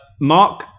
Mark